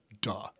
Duh